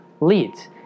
leads